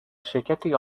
شرکتی